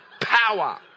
Power